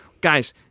Guys